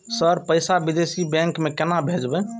Sir पैसा विदेशी bank में केना भेजबे?